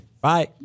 Bye